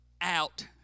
out